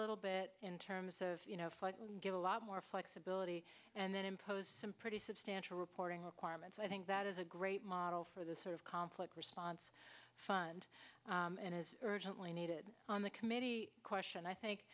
little bit in terms of you know give a lot more flexibility and then impose some pretty substantial reporting requirements i think that is a great model for the sort of conflict response fund and is urgently needed on the committee question i think